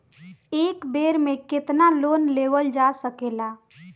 एक बेर में केतना लोन लेवल जा सकेला?